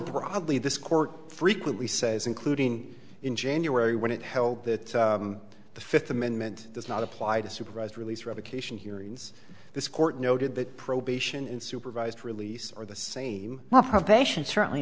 broadly this court frequently says including in january when it held that the fifth amendment does not apply to supervised release revocation hearings this court noted that probation and supervised release are the same number of patients certainly